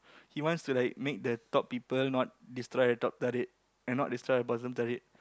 he wants to like make the top people not destroy the top thirty eight and not destroy the bottom thirty eight